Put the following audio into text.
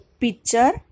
picture